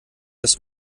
das